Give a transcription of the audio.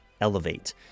elevate